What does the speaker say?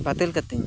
ᱵᱟ ᱛᱤᱞ ᱠᱟ ᱛᱤᱧ ᱢᱮ